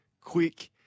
quick